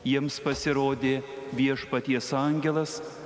jiems pasirodė viešpaties angelas